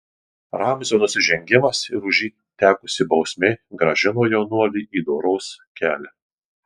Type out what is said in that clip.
ramzio nusižengimas ir už jį tekusi bausmė grąžino jaunuolį į doros kelią